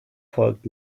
folgt